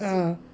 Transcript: uh